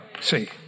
See